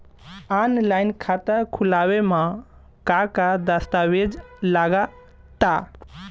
Online खाता खूलावे म का का दस्तावेज लगा ता?